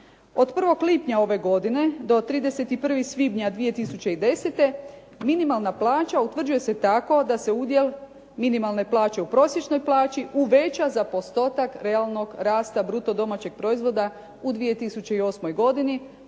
Od 1. lipnja ove godine do 31. svibnja 2010. minimalna plaća utvrđuje se tako da se udjel minimalne plaće u prosječnoj plaći uveća za postotak realnog rasta bruto domaćeg proizvoda u 2008. godini,